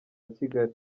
kigali